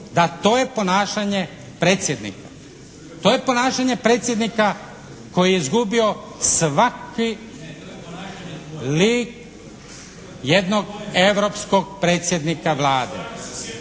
Da, to je ponašanje predsjednika. To je ponašanje predsjednika koji je izgubio svaki lik jednog europskog predsjednika Vlade.